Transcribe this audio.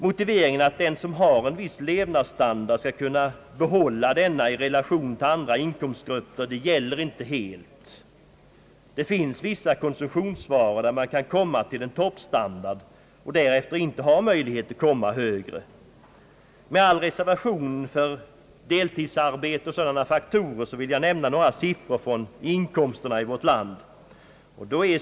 Motiveringen att den som har en viss levnadsstandard skall kunna behålla denna i relation till andra inkomstgrupper gäller inte helt. Det finns vissa konsumtionsvaror i fråga om vilka man kan komma till toppstandard och därefter inte har möjlighet att komma längre. Med all reservation för deltidsarbete och sådana faktorer vill jag nämna några siffror över inkomsterna i vårt land.